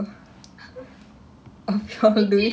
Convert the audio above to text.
which video there was so many